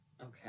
Okay